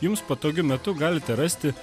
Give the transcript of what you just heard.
jums patogiu metu galite rasti